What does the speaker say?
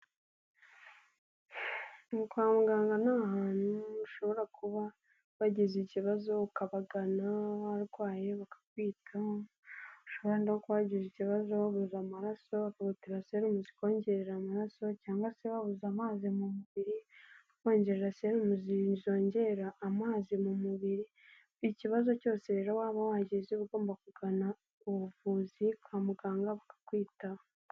Kwa muganga ni ahantutu ushobora kuba wagize ikibazo ukabagana warwaye bakakwitaho, ushobora no kuba wagize ikibazo wabuze amaraso bakagutera serumu zikongerera amaraso cyangwa se wabuze amazi mu mubiri bakurebera serumu zongera amazi mu mubiri, ikibazo cyose rero waba wagize uba ugomba kugana ubuvuzi kwa muganga bakakwitaho.